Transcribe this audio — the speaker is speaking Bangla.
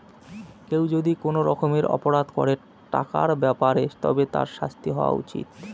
কেউ যদি কোনো রকমের অপরাধ করে টাকার ব্যাপারে তবে তার শাস্তি হওয়া উচিত